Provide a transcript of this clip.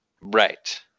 Right